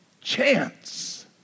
chance